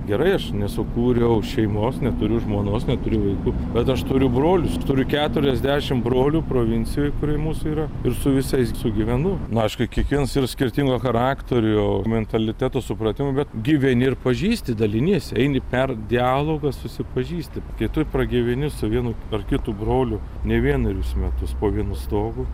gerai aš nesukūriau šeimos neturiu žmonos neturiu vaikų bet aš turiu brolius turiu keturiasdešim brolių provincijoj kurioj mūsų yra ir su visais sugyvenu nu aišku kiekvienas yra skirtingo charakterio mentaliteto supratimo bet gyveni ir pažįsti daliniesi eini per dialogą susipažįsti kai tu pragyveni su vienu ar kitu broliu ne vienerius metus po vienu stogu